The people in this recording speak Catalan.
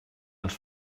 els